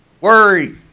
Worry